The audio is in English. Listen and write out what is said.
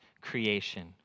creation